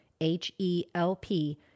H-E-L-P